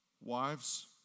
wives